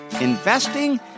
Investing